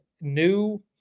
new